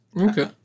Okay